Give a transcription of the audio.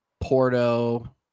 porto